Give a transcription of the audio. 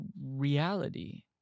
reality